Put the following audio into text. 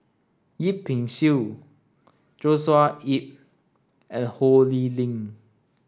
Yip Pin Xiu Joshua Ip and Ho Lee Ling